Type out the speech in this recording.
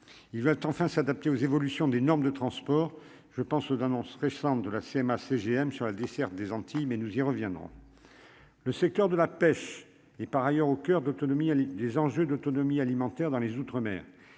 il veut enfin s'adapter aux évolutions des normes de transport je pense d'annonces récentes de la CMA CGM sur la desserte des Antilles, mais nous y reviendrons, le secteur de la pêche et par ailleurs au coeur d'autonomie des enjeux de l'autonomie alimentaire dans les outre-mer